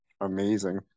amazing